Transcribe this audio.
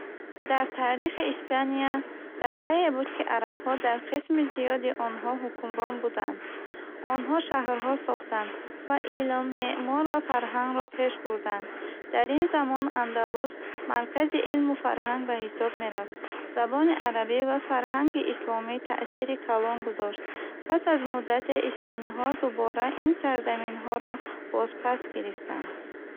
Дар таърихи Испания даврае буд, ки арабҳо дар қисми зиёди онҳо ҳукмрон буданд. Онҳо шаҳрҳо сохтанд ва илм, меъмор ва фарҳангро пеш бурданд. Дар ин замон Андалус маркази илму фарҳанг ба ҳисоб мерафт. Забони арабӣ ва фарҳанги исломӣ таъсири калон гузошт. Пас аз муддате, испаниҳо дубора ин сарзаминҳоро бозпас гирифтанд.